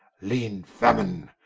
leane famine,